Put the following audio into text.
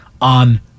on